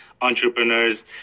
entrepreneurs